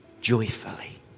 joyfully